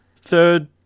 third